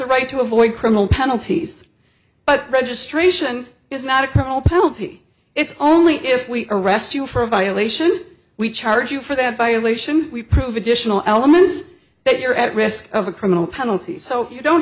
a right to avoid criminal penalties but registration is not a criminal penalty it's only if we arrest you for a violation we charge you for that violation we prove additional elements but you're at risk of a criminal penalty so you don't